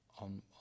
on